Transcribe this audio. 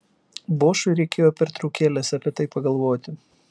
bošui reikėjo pertraukėlės apie tai pagalvoti